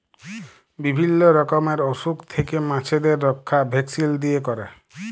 বিভিল্য রকমের অসুখ থেক্যে মাছদের রক্ষা ভ্যাকসিল দিয়ে ক্যরে